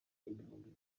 ibihumbi